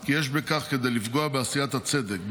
כי יש בכך כדי לפגוע בעשיית הצדק,